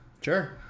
Sure